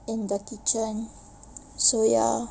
in the kitchen so ya